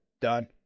done